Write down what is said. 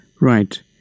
Right